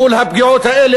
מול הפגיעות האלה,